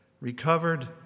recovered